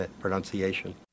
pronunciation